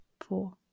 four